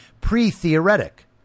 pre-theoretic